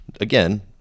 again